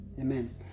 Amen